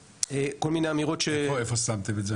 איפה שמתם את זה?